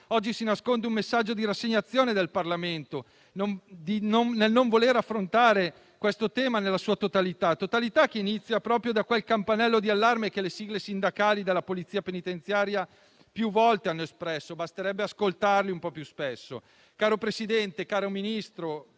oggi si nasconde un messaggio di rassegnazione del Parlamento nel non voler affrontare questo tema nella sua totalità, che inizia proprio da quel campanello d'allarme che le sigle sindacali della Polizia penitenziaria più volte hanno espresso; basterebbe ascoltarle un po' più spesso. Caro Presidente, caro Ministro,